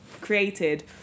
created